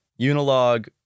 Unilog